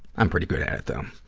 i'm pretty good at it, though.